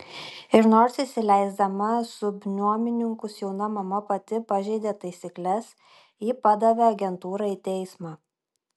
ir nors įsileisdama subnuomininkus jauna mama pati pažeidė taisykles ji padavė agentūrą į teismą